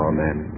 Amen